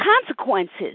consequences